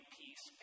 peace